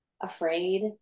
afraid